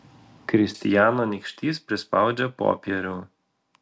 kristijano nykštys prispaudžia popierių